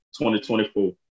2024